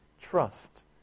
Trust